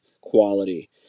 quality